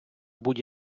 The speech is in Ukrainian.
будь